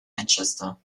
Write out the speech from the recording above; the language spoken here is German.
manchester